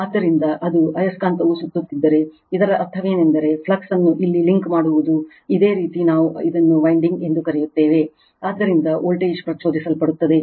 ಆದ್ದರಿಂದ ಅದು ಆಯಸ್ಕಾಂತವು ಸುತ್ತುತ್ತಿದ್ದರೆ ಇದರ ಅರ್ಥವೇನೆಂದರೆ ಫ್ಲಕ್ಸ್ ಅನ್ನು ಇಲ್ಲಿ ಲಿಂಕ್ ಮಾಡುವುದು ಇದೇ ರೀತಿ ನಾವು ಇದನ್ನು ವೈಂಡಿಂಗ್ ಎಂದು ಕರೆಯುತ್ತೇವೆ ಆದ್ದರಿಂದ ವೋಲ್ಟೇಜ್ ಪ್ರಚೋದಿಸಲ್ಪಡುತ್ತದೆ